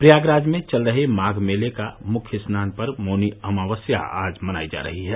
प्रयागराज में चल रहे माघ मेले का मुख्य स्नान पर्व मौनी अमास्या आज मनाई जा रही है